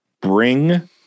Bring